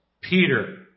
Peter